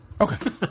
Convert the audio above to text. Okay